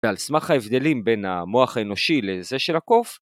ועל סמך ההבדלים בין המוח האנושי לזה של הקוף.